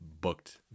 booked